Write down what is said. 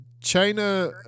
China